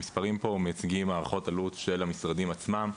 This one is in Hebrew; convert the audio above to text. המספרים פה מציגים הערכות עלות של המשרדים עצמם,